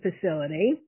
facility